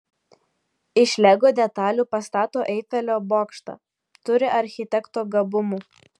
iš lego detalių pastato eifelio bokštą turi architekto gabumų